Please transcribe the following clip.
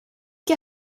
que